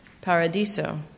paradiso